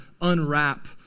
unwrap